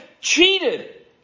cheated